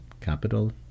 Capital